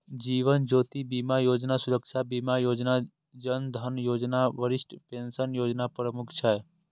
जीवन ज्योति बीमा योजना, सुरक्षा बीमा योजना, जन धन योजना, वरिष्ठ पेंशन योजना प्रमुख छै